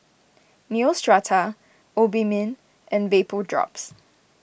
Neostrata Obimin and Vapodrops